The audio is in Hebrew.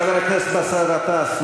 חבר הכנסת באסל גטאס,